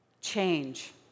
change